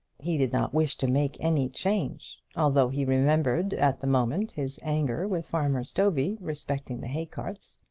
he did not wish to make any change although he remembered at the moment his anger with farmer stovey respecting the haycarts.